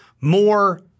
more